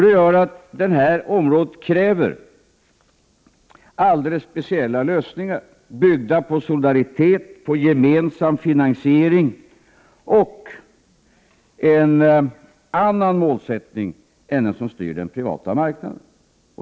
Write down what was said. Det gör att det här området kräver alldeles speciella lösningar, byggda på solidaritet, gemensam finansiering och en annan målsättning än den som styr den privata marknaden.